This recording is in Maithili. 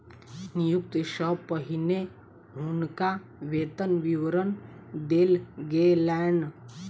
नियुक्ति सॅ पहिने हुनका वेतन विवरण देल गेलैन